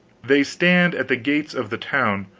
they stand at the gates of the town,